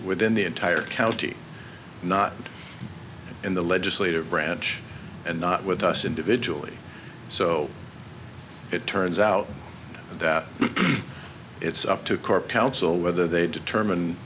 within the entire county not in the legislative branch and not with us individually so it turns out that it's up to corp council whether they